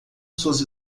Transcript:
suas